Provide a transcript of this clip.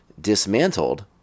dismantled